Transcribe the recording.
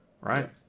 right